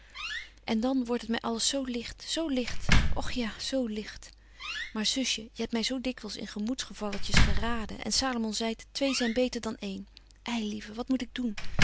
burgerhart dan wordt het my alles zo licht zo licht och ja zo licht maar zusje je hebt my zo dikwyls in gemoedsgevalletjes geraden en salomon zeit twee zyn beter dan een ei lieve wat moet ik doen